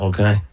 Okay